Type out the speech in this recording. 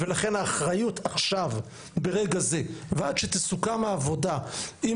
לכן האחריות עכשיו ברגע זה ועד שתסוכם העבודה עם